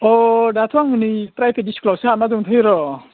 अ दाथ' आं नै प्राइभेट इस्कुलावसो हाबनानै दोनथ'दों र'